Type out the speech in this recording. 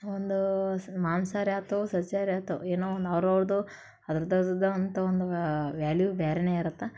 ಒಂದು ಸ್ ಮಾಂಸಾಹಾರಿ ಆಯ್ತು ಸಸ್ಯಾಹಾರಿ ಆಯ್ತು ಏನೋ ಒಂದು ಅವರವ್ರ್ದು ಅದ್ರದ್ದು ಅದ್ರದೇ ಅಂತ ಒಂದು ವ್ಯಾಲ್ಯೂ ಬೇರೆನೆ ಇರತ್ತೆ